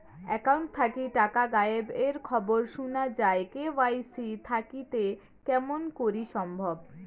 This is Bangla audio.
একাউন্ট থাকি টাকা গায়েব এর খবর সুনা যায় কে.ওয়াই.সি থাকিতে কেমন করি সম্ভব?